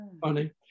funny